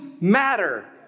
matter